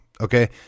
okay